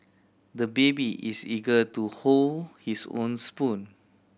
the baby is eager to hold his own spoon